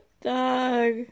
dog